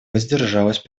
воздержалась